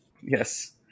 Yes